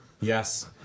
Yes